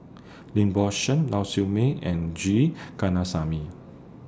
Lim Bo Seng Lau Siew Mei and G Kandasamy